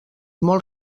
molt